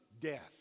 death